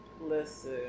Listen